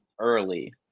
early